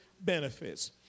benefits